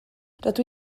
rydw